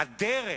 הדרך,